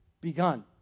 begun